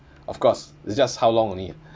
of course it's just how long only ah